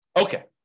Okay